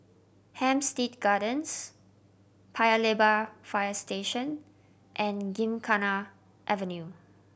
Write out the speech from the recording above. Hampstead Gardens Paya Lebar Fire Station and Gymkhana Avenue